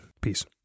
Peace